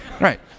right